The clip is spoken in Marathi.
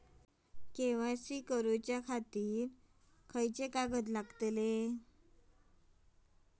के.वाय.सी करूच्या खातिर कसले कागद लागतले?